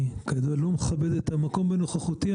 אני לא מכבד את המקום בנוכחותי,